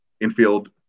infield